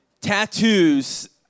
Tattoos